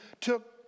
took